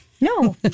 no